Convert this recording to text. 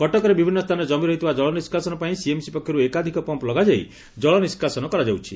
କଟକରେ ବିଭିନୁ ସ୍ତାନରେ ଜମିରହିଥିବା ଜଳ ନିଷାସନ ପାଇଁ ସିଏମ୍ସି ପକ୍ଷରୁ ଏକାଧିକ ପମ୍ମ ଲଗାଯାଇ ଜଳନିଷ୍ସାସନ କରାଯାଉଛି